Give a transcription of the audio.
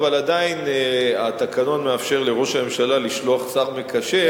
אבל עדיין התקנון מאפשר לראש הממשלה לשלוח שר מקשר,